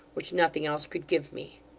which nothing else could give me.